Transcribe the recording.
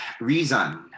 reason